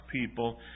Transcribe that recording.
people